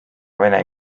vene